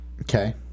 Okay